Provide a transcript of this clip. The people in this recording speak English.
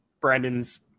Brandon's